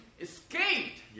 escaped